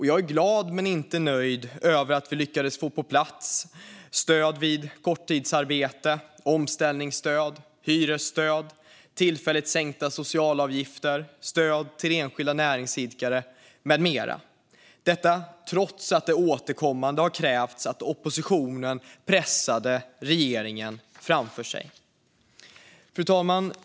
Jag är glad men inte nöjd över att vi lyckades få på plats stöd vid korttidsarbete, omställningsstöd, hyresstöd, tillfälligt sänkta socialavgifter, stöd till enskilda näringsidkare med mera. Det har skett trots att det återkommande har krävts att oppositionen pressade regeringen framför sig. Fru talman!